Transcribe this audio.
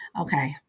Okay